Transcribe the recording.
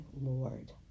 Lord